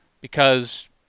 Because-